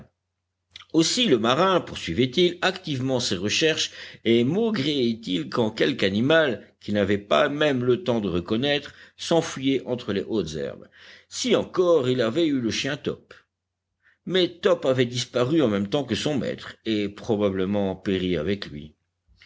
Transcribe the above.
aussi le marin poursuivait il activement ses recherches et maugréait il quand quelque animal qu'il n'avait pas même le temps de reconnaître s'enfuyait entre les hautes herbes si encore il avait eu le chien top mais top avait disparu en même temps que son maître et probablement péri avec lui